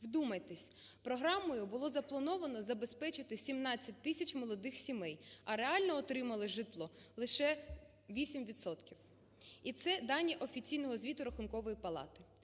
Вдумайтесь, програмою було заплановано забезпечити 17 тисяч молодих сімей, а реально отримали житло лише 8 відсотків і це дані офіційного звіту Рахункової палати.